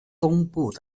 东部